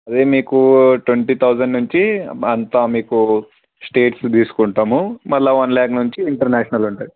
అదే మీకు twenty thousand నుంచి అంతా మీకు స్టేట్స్ తీసుకుంటాము మళ్ళీ వన్ లాక్ నుంచి ఇంటర్నేషనల్ ఉంటాయి